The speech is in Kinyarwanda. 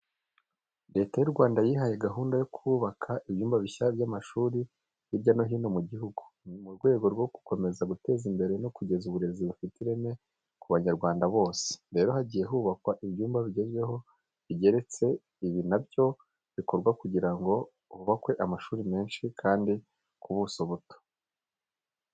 Leta y'u Rwanda yihaye gahunda yo kubaka ibyumba bishya by'amashuri hirya no hino mu gihugu, ni mu rwego rwo gukomeza guteza imbere no kugeza uburezi bufite ireme ku Banyarwanda bose. Rero hagiye hubakwa ibyumba bigezweho bigeretse, ibi na byo bikorwa kugira ngo hubakwe amashuri menshi kandi ku buso buto.